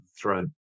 throne